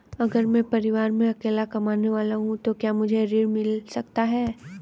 अगर मैं परिवार में अकेला कमाने वाला हूँ तो क्या मुझे ऋण मिल सकता है?